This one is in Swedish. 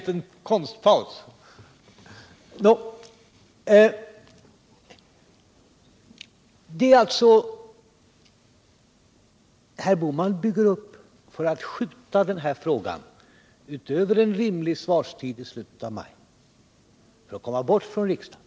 Herr Bohman bygger upp för att skjuta denna fråga utöver en rimlig svarstid, i slutet av maj, för att komma bort från riksdagen.